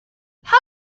how